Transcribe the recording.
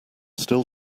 still